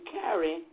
carry